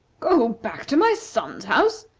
go back to my son's house!